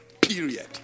Period